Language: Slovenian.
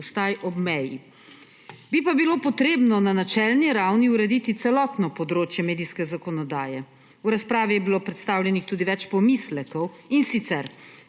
V razpravi je bilo predstavljenih tudi več pomislekov, in sicer: